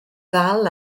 ddal